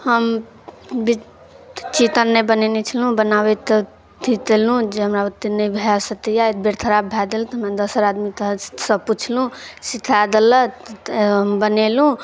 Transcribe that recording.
हम चिकेन नहि बनेने छलहुँ बनाबैके अथी कयलहुँ जे हमरा भूते नहि भए सकैय एकबेर खराब भए गेल दोसर आदमी सबसँ पुछलहुँ सिखा देलक बनेलहुँ